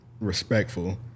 respectful